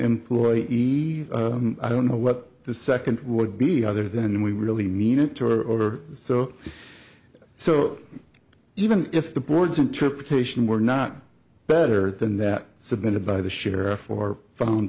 employee i don't know what the second would be other than we really mean it or so so even if the board's interpretation were not better than that submitted by the sheriff or found